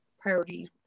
priority